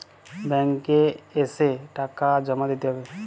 Bank এ এসে টাকা জমা দিতে হবে?